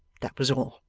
that was all.